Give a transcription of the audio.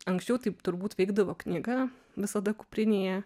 anksčiau taip turbūt veikdavo knyga visada kuprinėje